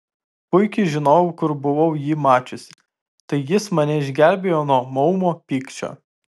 puikiai žinojau kur buvau jį mačiusi tai jis mane išgelbėjo nuo maumo pykčio